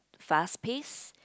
fast pace